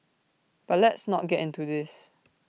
but let's not get into this